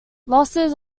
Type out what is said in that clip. losses